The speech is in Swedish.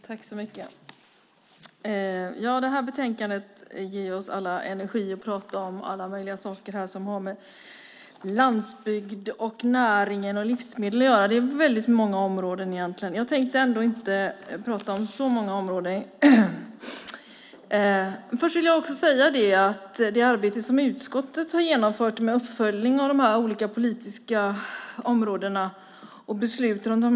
Fru ålderspresident! Betänkandet ger oss alla energi att prata om alla möjliga saker som har med landsbygd, näringen och livsmedel att göra. Det är många områden, men jag tänkte ändå inte prata om så många. Först vill jag ta upp det arbete som utskottet har genomfört med uppföljning av de olika politiska områdena och besluten om dem.